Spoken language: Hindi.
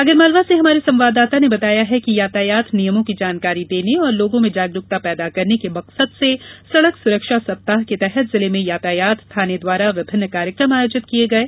आगरमालवा से हमारे संवाददाता ने बताया है कि यातायात नियमों की जानकारी देने और लोगों में जागरूकता पैदा करने के मकसद से सड़क सुरक्षा सप्ताह के तहत जिले में यातायात थाने द्वारा विभिन्न कार्यक्रम आयोजित किये गये